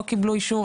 לא קיבלו אישור,